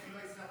כי חלקם כן.